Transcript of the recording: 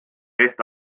recht